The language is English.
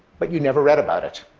but you never read about it.